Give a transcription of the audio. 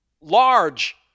large